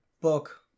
book